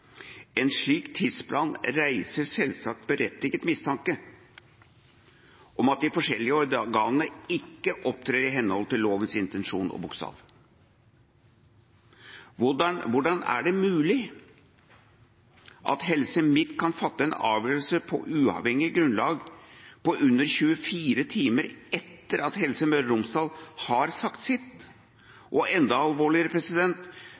En slik tidsplan reiser selvsagt berettiget mistanke om at de forskjellige organene ikke opptrer i henhold til lovens intensjon og bokstav. Hvordan er det mulig at Helse Midt kan fatte en avgjørelse på uavhengig grunnlag på under 24 timer etter at Helse Møre og Romsdal har sagt sitt, og – enda alvorligere